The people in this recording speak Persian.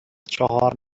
چهار